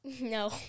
No